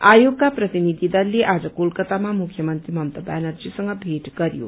आयोगका प्रतिनिधि दलले आज कोलकतामा मुख्यमन्त्री ममता व्यानर्जीसँग भेट गरयो